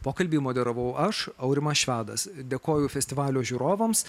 pokalbį moderavau aš aurimas švedas dėkoju festivalio žiūrovams